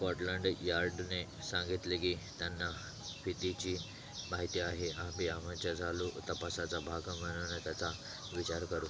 Scotland यार्डने सांगितले की त्यांना फितीची माहिती आहे आम्ही आमच्या चालू तपासाचा भाग म्हणून त्याचा विचार करू